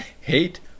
Hate